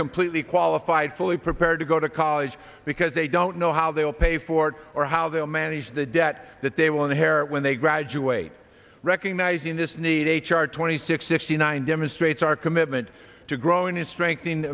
completely qualified fully prepared to go to college because they don't know how they will pay for it or how they will manage the debt that they will inherit when they graduate recognizing this need h r twenty six sixty nine demonstrates our commitment to growing in strength